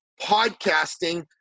podcasting